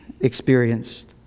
experienced